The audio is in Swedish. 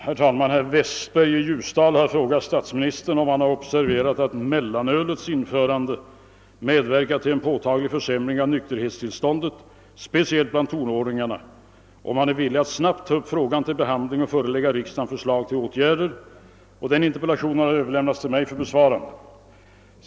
Herr talman! Herr Westberg i Ljusdal har frågat statsministern, om han observerat att mellanölets införande medverkat till en påtaglig försämring av nykterhetstillståndet, speciellt bland tonåringarna, och om han är villig att snabbt ta upp frågan till behandling och förelägga riksdagen förslag till åtgärder. Interpellationen har överlämnats till mig för besvarande.